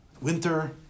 Winter